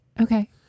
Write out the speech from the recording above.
Okay